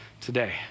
today